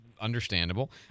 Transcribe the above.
understandable